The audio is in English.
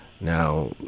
now